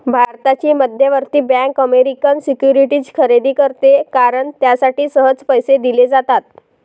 भारताची मध्यवर्ती bank American securities खरेदी करते कारण त्यासाठी सहज पैसे दिले जातात